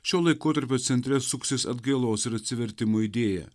šio laikotarpio centre suksis atgailos ir atsivertimo idėja